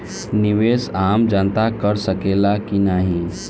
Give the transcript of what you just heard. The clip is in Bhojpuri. निवेस आम जनता कर सकेला की नाहीं?